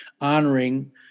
honoring